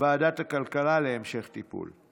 לוועדת הכלכלה להמשך טיפול.